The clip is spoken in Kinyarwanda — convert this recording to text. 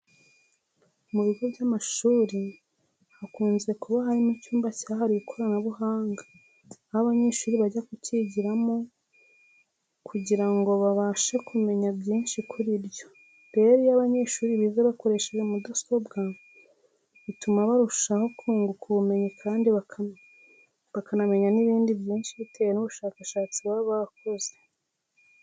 Mu bigo by'amashuri hakunze kuba harimo icyumba cyahariwe ikoranabuhanga aho abanyeshuri bajya kucyigiramo kugira ngo babashe kumenya byinshi kuri ryo. Rero iyo abanyeshuri bize bakoresha mudasobwa bituma barushaho kunguka ubumenyi kandi bakanamenya n'ibintu byinshi bitewe n'ubushakashatsi baba bakoze.